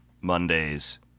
Monday's